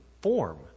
form